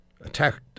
attacked